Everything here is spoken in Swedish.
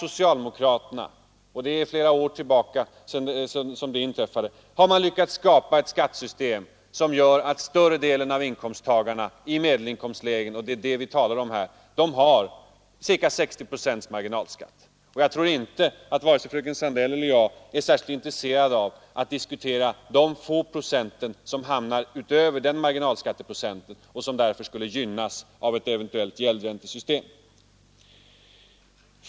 Socialdemokraterna har nämligen — och det är flera år sedan — lyckats skapa ett skattesystem som gör att större delen av inkomsttagarna har ca 60 procents marginalskatt. Jag tror inte att vare sig fröken Sandell eller jag är särskilt intresserade av att diskutera de få procent som hamnar ovanför den marginalskatteprocenten och som därför skulle gynnas av ett eventuellt gäldräntesystem.